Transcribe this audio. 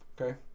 Okay